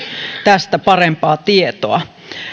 tästä parempaa tietoa